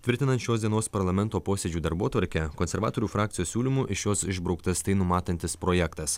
tvirtinant šios dienos parlamento posėdžių darbotvarkę konservatorių frakcijos siūlymu iš jos išbrauktas tai numatantis projektas